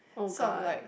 oh god